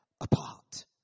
apart